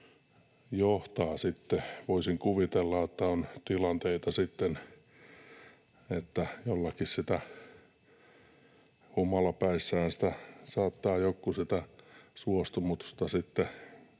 johtaa sitten. Voisin kuvitella, että on tilanteita sitten, että humalapäissään saattaa joku sitä suostumusta sitten